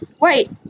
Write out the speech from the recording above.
Wait